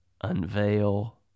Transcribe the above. unveil